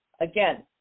Again